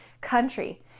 country